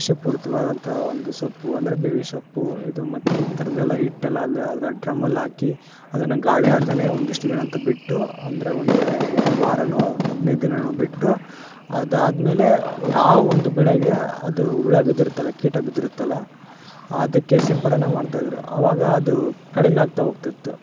ವಿಷಪೂರಿತವಾದಂಥ ಒಂದು ಸೊಪ್ಪು ಅಂದರೆ ಬೆವಿನ ಸೊಪ್ಪು ಇದು ಮತ್ತು ಈ ಥರದೆಲ್ಲ ಹಿಟ್ಟೆಲ್ಲ ಅಲ್ಲಿ ಅದರ ಡ್ರಮ್ಮಲ್ಲಿ ಹಾಕಿ ಅದನ್ನು ಗಾಳಿ ಆಡ್ದೆ ಒಂದಿಷ್ಟು ದಿನ ಅಂತ ಬಿಟ್ಟು ಅಂದ್ರೆ ಒಂದು ವಾರನೊ ಹದಿನೈದು ದಿನನೋ ಬಿಟ್ಟು ಅದು ಆದ್ಮೇಲೆ ಯಾವ ಒಂದು ಬೆಳೆಗೆ ಅದು ಹುಳ ಬಿದ್ದಿರುತ್ತಲ ಕೀಟ ಬಿದ್ದಿರುತ್ತಲ್ಲ ಅದಕ್ಕೆ ಸಿಂಪಡಣೆ ಮಾಡ್ತಾ ಇದ್ರು ಅವಾಗ ಅದು ಕಡಿಮೆ ಆಗ್ತಾ ಹೋಗ್ತಿತ್ತು